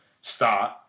start